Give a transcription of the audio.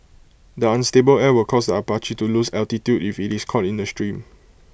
the unstable air will cause the Apache to lose altitude if IT is caught in the stream